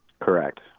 Correct